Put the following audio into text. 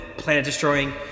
planet-destroying